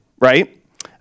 right